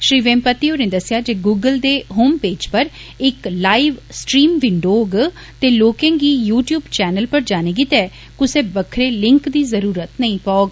श्री वेमपति होरें दस्सेआ जे गूगल दे होमपेज पर इक लाईन स्ट्रीम विंडो होग ते लोकें गी यू टयूब चैनल पर जाने गितै कुसै बक्खरे लिंक दी जरुरत नेईं होग